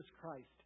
Christ